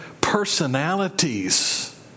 personalities